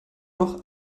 doch